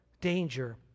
danger